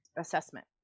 assessment